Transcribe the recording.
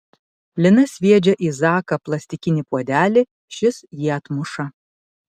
lina sviedžia į zaką plastikinį puodelį šis jį atmuša